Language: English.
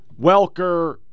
Welker